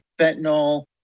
fentanyl